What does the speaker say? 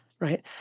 right